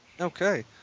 Okay